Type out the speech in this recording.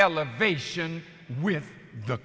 elevation with the